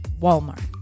Walmart